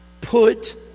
put